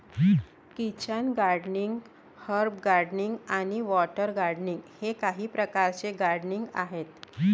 kitchen gardening, herb gardening आणि water gardening हे काही प्रकारचे गार्डनिंग आहेत